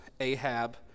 Ahab